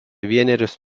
vienerius